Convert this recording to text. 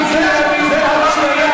מיקי לוי, פעם ראשונה.